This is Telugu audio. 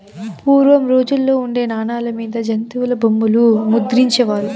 పూర్వం రోజుల్లో ఉండే నాణాల మీద జంతుల బొమ్మలు ముద్రించే వారు